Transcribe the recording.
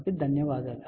కాబట్టి ధన్యవాదాలు